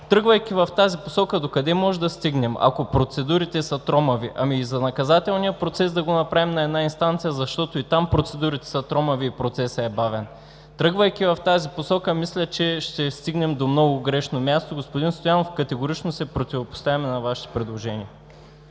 Тръгвайки в тази посока, докъде може да стигнем, ако процедурите са тромави? Ами, да направим за наказателния процес на една инстанция, защото и там процедурите са тромави и процесът е бавен?! Тръгвайки в тази посока, мисля, че ще стигнем до много грешно място. Господин Стоянов, категорично се противопоставяме на Вашите предложения.